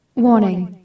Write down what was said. Warning